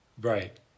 Right